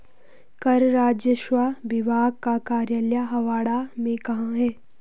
कर राजस्व विभाग का कार्यालय हावड़ा में कहाँ है?